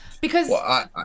because-